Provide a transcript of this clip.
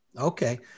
Okay